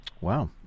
Wow